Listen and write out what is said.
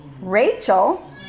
Rachel